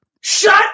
Shut